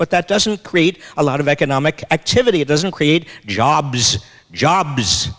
but that doesn't create a lot of economic activity it doesn't create jobs jobs